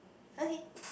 okay